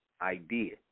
idea